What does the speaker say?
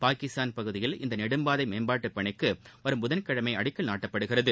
பாகிஸ்தான் பகுதியில் இந்த நெடும்பாதை மேம்பாட்டுப் பணிக்கு வரும் புதன் கிழமை அடக்கல் நாட்டப்படுகிறது